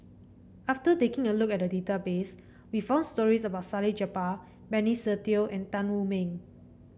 after taking a look at the database we found stories about Salleh Japar Benny Se Teo and Tan Wu Meng